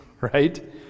right